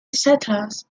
settlers